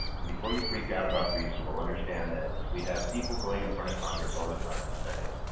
and before you freak out about reasonable, understand that we have people going in front of congress all the time saying,